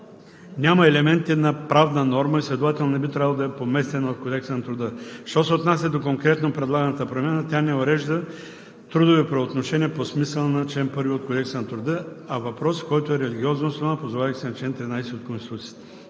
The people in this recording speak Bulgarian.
няма елементите на правна норма и следователно не би трябвало да е поместен в Кодекса на труда. Що се отнася до конкретно предлаганата промяна, тя не урежда трудови правоотношения по смисъла на чл. 1 от Кодекса на труда, а въпрос, който е религиозно основан, позовавайки се на чл. 13 от Конституцията.